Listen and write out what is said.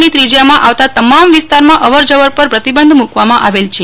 ની ત્રિજયામાં આવતા તમામ વિસ્તારમાં અવર જવર પર પ્રતિબંધ મૂકવામાં આવેલ છે